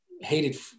hated